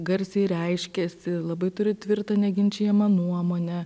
garsiai reiškiasi labai turi tvirtą neginčijamą nuomonę